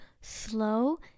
slow